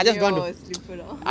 நீயு உன்:neeyu un slipper